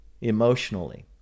emotionally